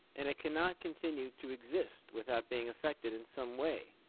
and it cannot continue to exist without being affected in some way,